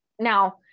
Now